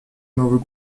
новый